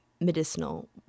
medicinal